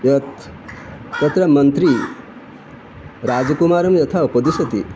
यत् तत्र मन्त्री राजकुमारं यथा उपदिशति